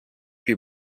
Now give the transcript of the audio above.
più